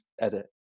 edit